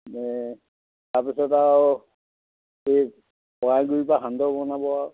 তাৰপিছত আৰু এই বৰা গুৰি পৰা সান্দহ বনাব